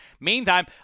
Meantime